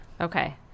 Okay